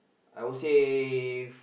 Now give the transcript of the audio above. I would say